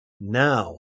now